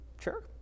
Sure